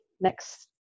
Next